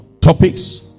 topics